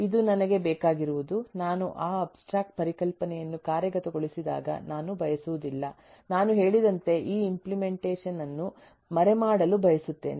ಅದು ನನಗೆ ಬೇಕಾಗಿರುವುದು ನಾನು ಆ ಅಬ್ಸ್ಟ್ರ್ಯಾಕ್ಟ್ ಪರಿಕಲ್ಪನೆಯನ್ನು ಕಾರ್ಯಗತಗೊಳಿಸಿದಾಗ ನಾನು ಬಯಸುವುದಿಲ್ಲ ನಾನು ಹೇಳಿದಂತೆ ಆ ಇಂಪ್ಲೆಮೆಂಟೇಷನ್ ಅನ್ನು ಮರೆಮಾಡಲು ಬಯಸುತ್ತೇನೆ